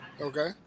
Okay